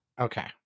Okay